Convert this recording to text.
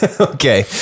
okay